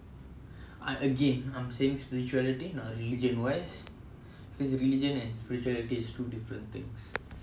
ah again I'm saying spirituality not religion wise cause religion and spirituality is two different things